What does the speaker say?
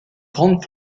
grandes